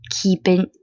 keeping